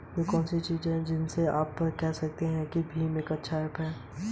वे कौन सी चीजें हैं जिन्हें ऋण आवेदन जमा करने से पहले दोबारा जांचना महत्वपूर्ण है?